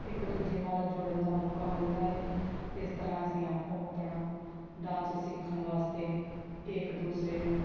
ਇੱਕ ਦੂਜੇ ਨਾਲ ਜੁੜਨ ਦਾ ਮੌਕਾ ਮਿਲਦਾ ਹੈ ਇਸ ਤਰ੍ਹਾਂ ਅਸੀਂ ਆਪੋ ਆਪਣਾ ਡਾਂਸ ਸਿੱਖਣ ਵਾਸਤੇ ਇੱਕ ਦੂਸਰੇ ਨੂੰ